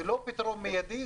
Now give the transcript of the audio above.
זה לא פתרון מידי,